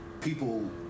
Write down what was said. people